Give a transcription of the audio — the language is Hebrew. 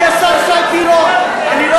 אדוני השר, סליחה, אני מכיר על מה אני חתום.